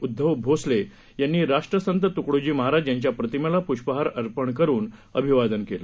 उद्दव भोसले यांनी राष्ट्रसंत तुकडोजी महाराज यांच्या प्रतिमेला पुष्पहार अर्पण करून अभिवादन केलं